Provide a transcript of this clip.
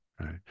Right